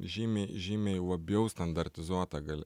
žymiai žymiai labiau standartizuota gal